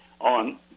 on